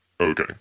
Okay